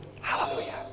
Hallelujah